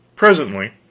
presently,